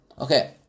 Okay